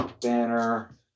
banner